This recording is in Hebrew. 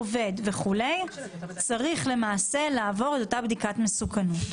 עובד וכו' צריך למעשה לעבור את אותה בדיקת מסוכנות.